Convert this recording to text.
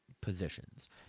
positions